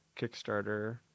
Kickstarter